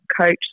coach